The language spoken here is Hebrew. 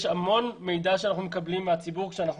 יש המון מידע שאנחנו מקבלים מהציבור כשאנחנו